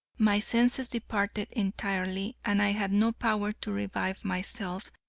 my senses departed entirely, and i had no power to revive myself,